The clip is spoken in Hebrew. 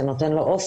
זה נותן לו אופק,